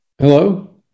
Hello